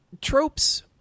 Tropes